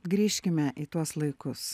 grįžkime į tuos laikus